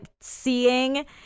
seeing